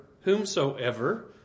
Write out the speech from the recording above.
whomsoever